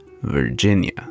Virginia